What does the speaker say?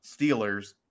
Steelers